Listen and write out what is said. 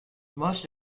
most